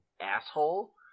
asshole